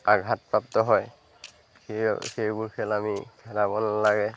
আঘাতপ্ৰাপ্ত হয় সেই সেইবোৰ খেল আমি খেলাব নালাগে